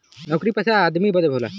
नउकरी पइसा आदमी बदे होला